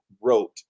wrote